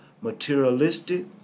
materialistic